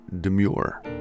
Demure